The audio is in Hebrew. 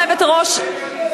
גברתי היושבת-ראש,